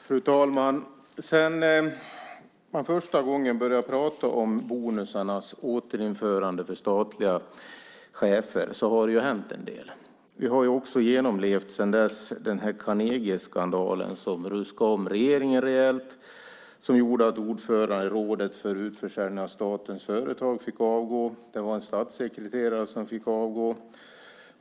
Fru talman! Sedan man första gången började prata om bonusarnas återinförande för statliga chefer har det ju hänt en del. Vi har sedan dess genomlevt Carnegieskandalen som ruskade om regeringen rejält, som gjorde att ordföranden i Rådet för utförsäljning av statens företag fick avgå, och det var en statssekreterare som fick avgå.